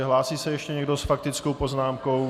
Hlásí se ještě někdo s faktickou poznámkou?